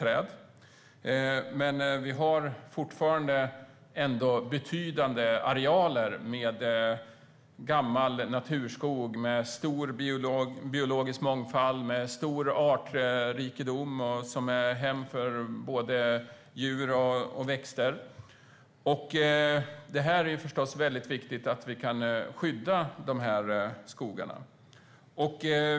Men det finns fortfarande betydande arealer med gammal naturskog med stor biologisk mångfald och stor artrikedom när det gäller både djur och växter. Det är väldigt viktigt att vi kan skydda dessa skogar.